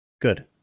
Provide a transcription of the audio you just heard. Good